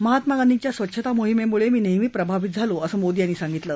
महात्मा गांधीच्या स्वच्छता मोहीमेमुळे मी नेहमी प्रभावित झालो असं मोदी यांनी सांगितलं